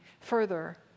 further